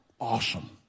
awesome